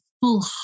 full